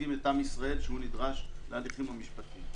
מייצגים את עם ישראל שנדרש להליך המשפטי.